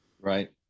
right